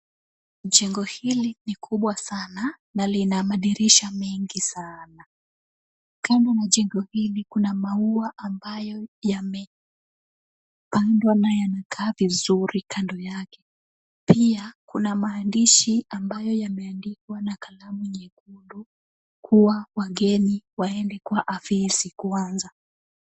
Jengo hili ni kubwa sana na lina madirisha mengi sana. Kando na jengo hili, kuna maua ambayo yamepandwa na yanakaa vizuri kando yake. Pia kuna maandishi ambayo yameandikwa na kalamu nyekundu, kuwa wageni waende kwa afisi kwanza.